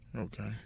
Okay